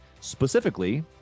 specifically